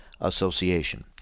Association